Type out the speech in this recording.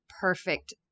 perfect